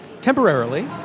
Temporarily